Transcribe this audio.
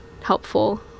helpful